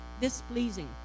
displeasing